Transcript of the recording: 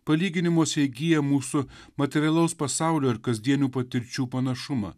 palyginimuose įgyja mūsų materialaus pasaulio ir kasdienių patirčių panašumą